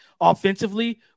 offensively